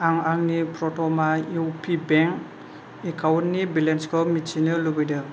आं आंनि Prathama U P bank एकाउन्टनि बेलेन्सखौ मिथिनो लुबैदों